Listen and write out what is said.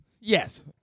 Yes